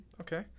Okay